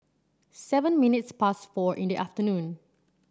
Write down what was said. seven minutes past four in the afternoon